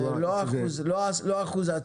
לא אחוז,